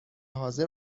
حاضر